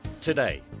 today